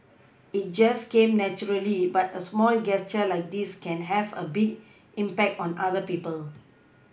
it just came naturally but a small gesture like this can have a big impact on other people